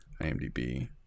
IMDB